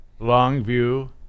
Longview